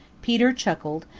peter chuckled,